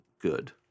good